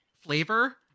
flavor